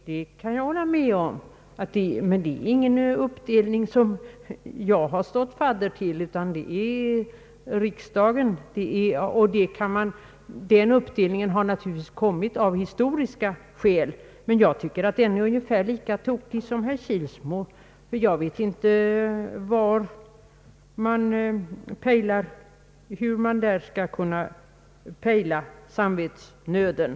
Det kan jag hålla med honom om, men detta är ingen uppdelning som jag har stått fadder till, utan den uppdelningen har kommit genom den historiska utvecklingen. Jag finner den vara ungefär lika tokig som herr Kilsmo. Jag vet inte hur man den vägen skall kunna precisera samvetsnöden.